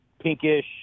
pinkish